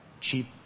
Cheap